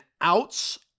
outs